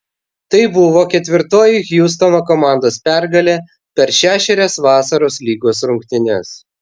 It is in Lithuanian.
tai buvo ketvirtoji hjustono komandos pergalė per šešerias vasaros lygos rungtynes